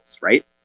Right